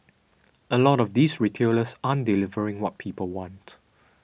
a lot of these retailers aren't delivering what people want